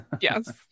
Yes